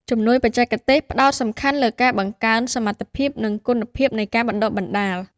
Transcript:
ជំនួយបច្ចេកទេសផ្តោតសំខាន់លើការបង្កើនសមត្ថភាព និងគុណភាពនៃការបណ្តុះបណ្តាល។